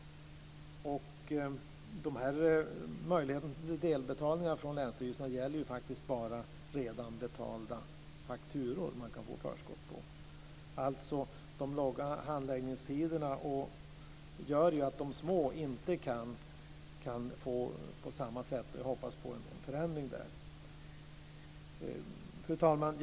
I fråga om förskotten gäller möjligheten till delbetalningar från länsstyrelserna faktiskt bara redan betalda fakturor. De långa handläggningstiderna gör att de små inte kan få samma möjligheter. Jag hoppas på en förändring i det avseendet. Fru talman!